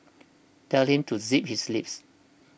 tell him to zip his lips